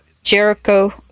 Jericho